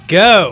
go